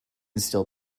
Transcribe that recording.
still